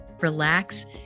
relax